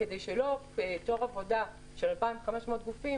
אני אומר את זה ישיר: לא הייתה חלופה חוץ-בנקאית אמתית